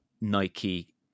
Nike